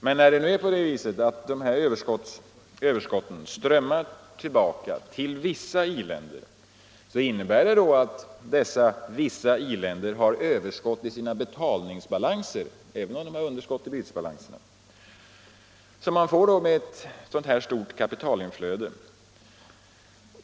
Men när nu överskotten strömmar tillbaka till vissa i-länder innebär det också att dessa vissa i-länder har överskott i sina betalningsbalanser, även om de har underskott i bytesbalanserna. Man får alltså ett stort kapitalinflöde.